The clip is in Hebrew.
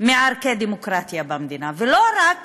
מערכי הדמוקרטיה במדינה, ולא רק